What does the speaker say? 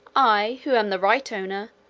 i, who am the right owner,